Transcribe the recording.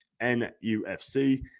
N-U-F-C